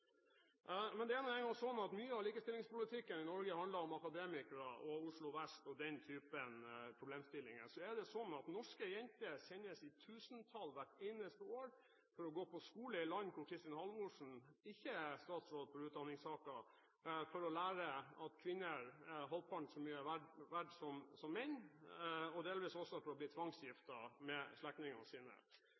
Det er nå engang sånn at mye av likestillingspolitikken i Norge handler om akademikere og Oslo vest – den typen problemstillinger. Men norske jenter sendes i tusentall hvert eneste år for å gå på skole i land hvor Kristin Halvorsen ikke er statsråd for utdanningssaker, for å lære at kvinner er halvparten så mye verdt som menn, og delvis også for å bli tvangsgiftet med slektningene sine.